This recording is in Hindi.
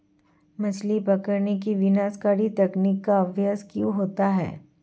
मछली पकड़ने की विनाशकारी तकनीक का अभ्यास क्यों होता है?